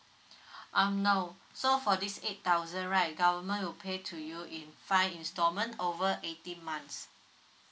um no so for this eight thousand right government will pay to you in five installment over eighteen months